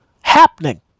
happening